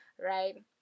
right